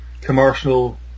commercial